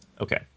Okay